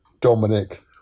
Dominic